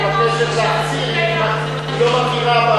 מבקשת, היא לא מכירה,